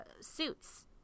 suits